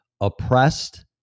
Oppressed